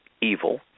evil